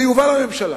זה יובא לממשלה,